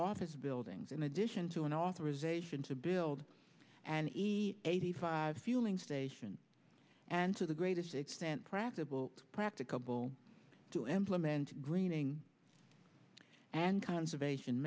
office buildings in addition to an authorization to build and he eighty five fueling and to the greatest extent practical practicable to implement greening and conservation